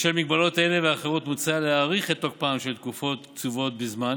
בשל מגבלות אלה ואחרות מוצע להאריך את תוקפן של תקופות קצובות בזמן